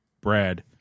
Brad